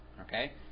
okay